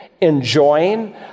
enjoying